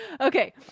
Okay